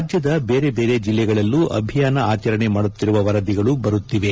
ರಾಜ್ಜದ ಬೇರೆ ಬೇರೆ ಜಿಲ್ಲೆಗಳಲ್ಲೂ ಅಭಿಯಾನ ಆಚರಣೆ ಮಾಡುತ್ತಿರುವ ವರದಿಗಳು ಬರುತ್ತಿವೆ